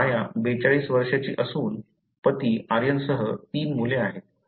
माया 42 वर्षांची असून पती आर्यनसह तीन मुले आहेत